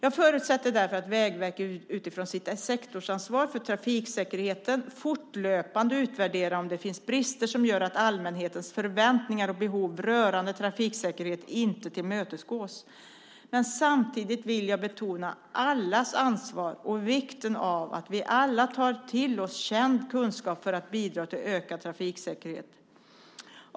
Jag förutsätter därför att Vägverket utifrån sitt sektorsansvar för trafiksäkerheten fortlöpande utvärderar om det finns brister som gör att allmänhetens förväntningar och behov rörande trafiksäkerhet inte tillmötesgås. Samtidigt vill jag betona allas ansvar och vikten av att vi alla tar till oss känd kunskap för att bidra till ökad trafiksäkerhet.